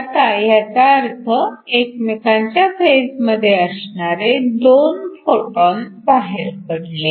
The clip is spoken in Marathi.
आता ह्याचा अर्थ एकमेकांच्या फेजमध्ये असणारे दोन फोटॉन बाहेर पडले